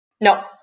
No